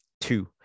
Two